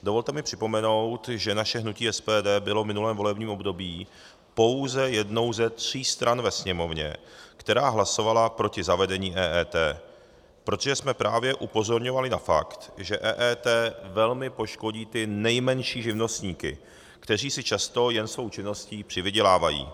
Dovolte mi připomenout, že naše hnutí SPD bylo v minulém volebním období pouze jednou ze tří stran ve Sněmovně, která hlasovala proti zavedení EET, protože jsme právě upozorňovali na fakt, že EET velmi poškodí ty nejmenší živnostníky, kteří si často jen svou činností přivydělávají.